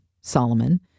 Solomon